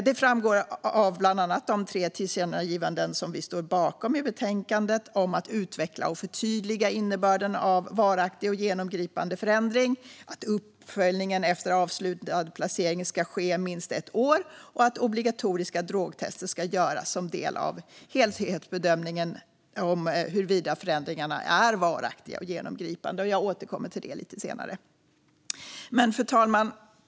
Detta framgår av bland annat de tre tillkännagivanden vi står bakom i betänkandet om att utveckla och förtydliga innebörden av varaktig och genomgripande förändring, att uppföljning efter avslutad placering ska ske under minst ett år och att obligatoriska drogtester ska göras som en del av helhetsbedömningen av huruvida förändringarna är varaktiga och genomgripande. Jag återkommer till det lite senare. Fru talman!